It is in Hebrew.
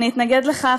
אני אתנגד לכך